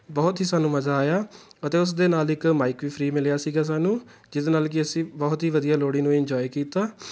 ਬਹੁਤ ਹੀ ਸਾਨੂੰ ਮਜ਼ਾ ਆਇਆ ਅਤੇ ਉਸ ਦੇ ਨਾਲ ਇੱਕ ਮਾਈਕ ਵੀ ਫਰੀ ਮਿਲਿਆ ਸੀਗਾ ਸਾਨੂੰ ਜਿਹਦੇ ਨਾਲ ਕਿ ਅਸੀਂ ਬਹੁਤ ਹੀ ਵਧੀਆ ਲੋਹੜੀ ਨੂੰ ਇੰਜੋਏ ਕੀਤਾ